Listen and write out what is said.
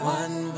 one